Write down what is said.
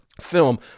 film